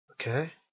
Okay